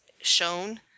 shown